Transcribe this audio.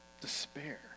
Despair